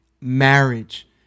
marriage